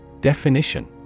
Definition